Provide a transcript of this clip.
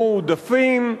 מועדפים,